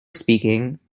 speaking